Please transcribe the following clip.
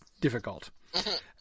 difficult